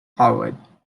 howard